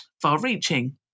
far-reaching